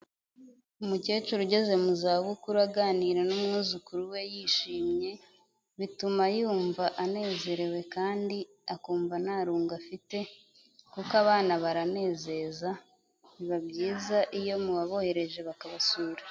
Umukecuru ugeze mu zabukuru aganira n'umwuzukuru we yishimye, bituma yumva anezerewe kandi akumva nta rungu afite kuko abana baranezeza, biba byiza iyo mubaboherereje bakabasura.